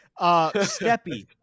Steppy